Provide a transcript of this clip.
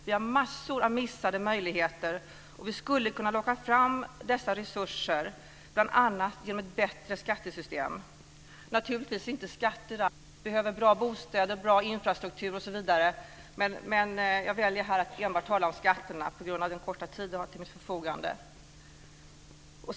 Vi missar massor av möjligheter, och vi skulle kunna locka fram resurser bl.a. genom ett bättre skattesystem. Naturligtvis är skatterna inte allt. Vi behöver bra bostäder, bra infrastruktur osv., men jag väljer här på grund av den korta tid som jag har till förfogande att bara tala om skatterna.